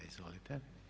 Izvolite.